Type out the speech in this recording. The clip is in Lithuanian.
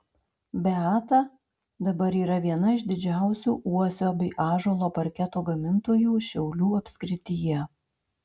beata dabar yra viena iš didžiausių uosio bei ąžuolo parketo gamintojų šiaulių apskrityje